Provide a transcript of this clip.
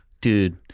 dude